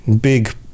big